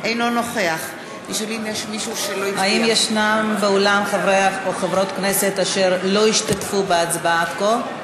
אינו נוכח האם יש באולם חברי או חברות כנסת אשר לא השתתפו בהצבעה עד כה?